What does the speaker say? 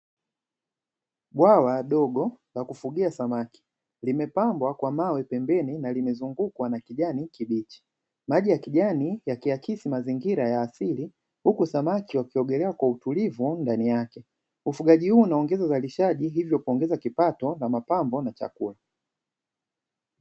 Bwawa dogo la kufugia samaki limepambwa kwa mawe pembeni na limezungukwa na kijani kibichi, maji ya kijani yakiakisi mazingira ya asili huku samaki wakiogelea kwa utulivu ndani yake. Ufugaji huu unaongeza uzalishaji hivyo kuongeza kipato na mapambo na chakula.